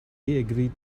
agreed